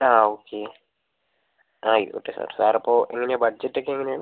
ആ ഓക്കെ ആ ഇരുന്നോട്ടെ സാർ സാർ അപ്പം എങ്ങനെയാണ് ബഡ്ജറ്റ് ഒക്കെ എങ്ങനെയാണ്